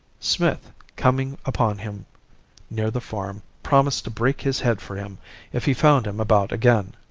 smith, coming upon him near the farm, promised to break his head for him if he found him about again.